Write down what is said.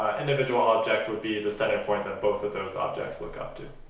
individual object would be the center point that both of those objects look up to